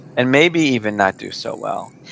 and maybe even not do so well.